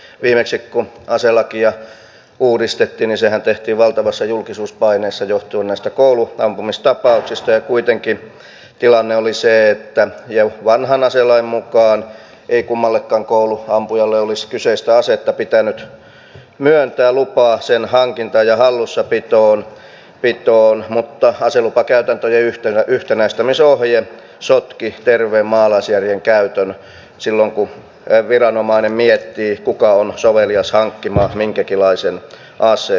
viimeksi kun aselakia uudistettiin sehän tehtiin valtavassa julkisuuspaineessa johtuen näistä kouluampumistapauksista ja kuitenkin tilanne oli se että jo vanhan aselain mukaan ei kummallakaan koulu ampujalle olis kyseistä olisi pitänyt myöntää kummallekaan kouluampujalle lupaa kyseisen aseen hankintaan ja hallussapitoon mutta aselupakäytäntöjen yhtenäistämisohje sotki terveen maalaisjärjen käytön silloin kun viranomainen miettii kuka on sovelias hankkimaan minkäkinlaisen aseen